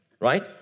right